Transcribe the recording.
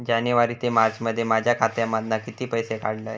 जानेवारी ते मार्चमध्ये माझ्या खात्यामधना किती पैसे काढलय?